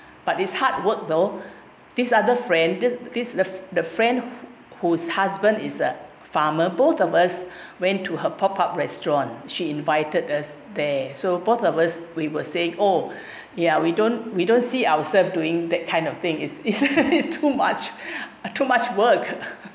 but this hard work though this other friend this this the friend whose husband is a farmer both of us went to her pop up restaurant she invited us there so both of us we were saying oh ya we don't we don't see ourselves doing that kind of thing it's it's it's too much uh too much work